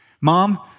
mom